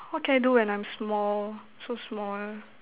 what can I do when I'm small so small